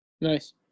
Nice